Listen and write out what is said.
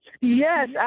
Yes